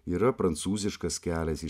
yra prancūziškas kelias iš